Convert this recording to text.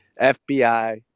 fbi